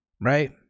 right